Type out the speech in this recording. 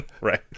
Right